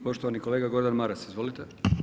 Poštovani kolega Gordan Maras, izvolite.